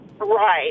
Right